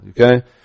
Okay